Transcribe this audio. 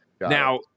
now